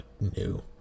new